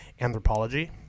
anthropology